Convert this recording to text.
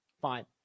fine